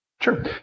Sure